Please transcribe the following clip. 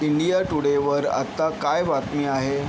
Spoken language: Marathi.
इंडिया टुडे वर आत्ता काय बातमी आहे